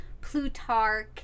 Plutarch